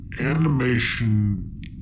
animation